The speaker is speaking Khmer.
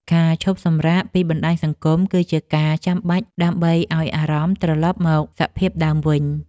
ការឈប់សម្រាកពីបណ្ដាញសង្គម គឺជាការចាំបាច់ដើម្បីឱ្យអារម្មណ៍ត្រលប់មកសភាពដើមវិញ។